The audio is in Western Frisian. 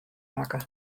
makke